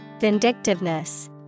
Vindictiveness